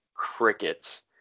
crickets